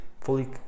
Fully